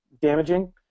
damaging